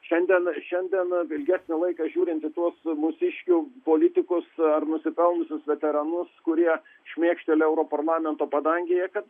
šiandieną šiandien ilgesnį laiką žiūrint į tuo su mūsiškiu politikus ar nusipelniusius veteranus kurie šmėkšteli europarlamento padangėje kad